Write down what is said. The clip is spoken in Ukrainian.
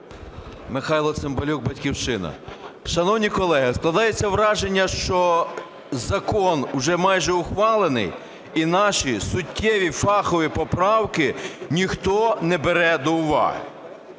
Михайло Цимбалюк, "Батьківщина". Шановні колеги, складається враження, що закон уже майже ухвалений і наші суттєві фахові поправки ніхто не бере до уваги.